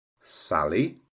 sally